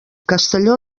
castelló